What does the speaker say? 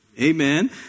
Amen